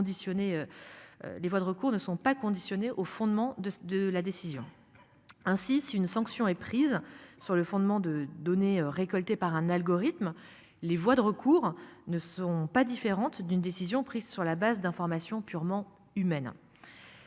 Les voies de recours ne sont pas conditionnées au fondement de de la décision. Ainsi, si une sanction est prise sur le fondement de données récoltées par un algorithme. Les voies de recours ne sont pas différentes d'une décision prise sur la base d'informations purement humaine.